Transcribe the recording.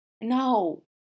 No